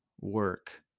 work